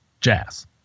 jazz